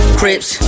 crips